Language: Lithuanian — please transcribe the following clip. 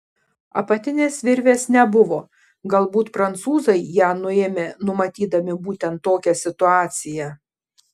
apatinės virvės nebuvo galbūt prancūzai ją nuėmė numatydami būtent tokią situaciją